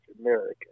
American